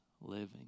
living